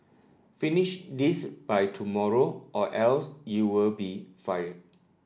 finish this by tomorrow or else you'll be fired